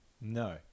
No